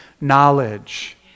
knowledge